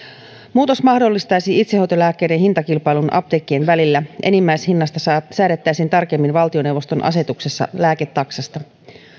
muutos mahdollistaisi itsehoitolääkkeiden hintakilpailun apteekkien välillä enimmäishinnasta säädettäisiin tarkemmin valtioneuvoston asetuksessa lääketaksasta